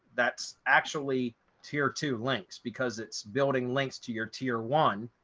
that's actually tier two links, because it's building links to your tier one.